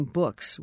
books